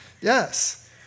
Yes